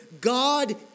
God